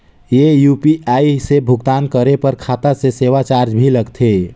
ये यू.पी.आई से भुगतान करे पर खाता से सेवा चार्ज भी लगथे?